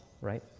right